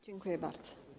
Dziękuję bardzo.